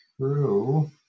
true